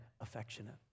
affectionate